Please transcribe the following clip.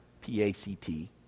P-A-C-T